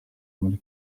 muri